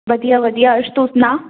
ਵਧੀਆ ਵਧੀਆ ਅਰਸ਼ ਤੂੰ ਸੁਣਾ